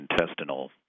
intestinal